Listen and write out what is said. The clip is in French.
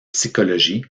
psychologie